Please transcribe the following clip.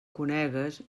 conegues